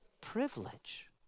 Privilege